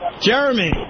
Jeremy